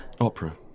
Opera